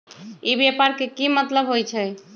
ई व्यापार के की मतलब होई छई?